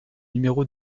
numéro